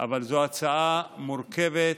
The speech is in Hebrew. אבל זו הצעה מורכבת,